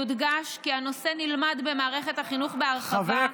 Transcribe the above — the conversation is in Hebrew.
יודגש כי הנושא נלמד במערכת הביטחון בהרחבה,